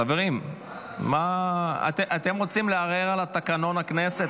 חברים, מה, אתם רוצים לערער על תקנון הכנסת?